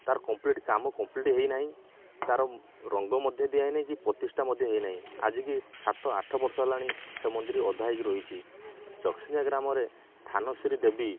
ତା'ର କମ୍ପ୍ଲିଟ୍ କାମ କମ୍ପ୍ଲିଟ୍ ହେଇନାହିଁ ତା'ର ରଙ୍ଗ ମଧ୍ୟ ଦିଆ ହେଇନାହିଁ କି ପ୍ରତିଷ୍ଠା ମଧ୍ୟ ହେଇନାହିଁ ଆଜିକି ସାତ ଆଠ ବର୍ଷ ହେଲାଣି ସେ ମନ୍ଦିର ଅଧା ହେଇକି ରହିଛି ଚକସିନ୍ଦିଆ ଗ୍ରାମରେ ଧାନଶ୍ରୀ ଦେବୀ